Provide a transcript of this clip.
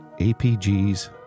APG's